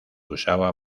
usaba